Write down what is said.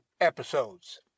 episodes